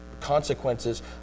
consequences